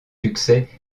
succès